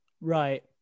Right